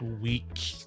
week